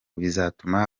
bizatuma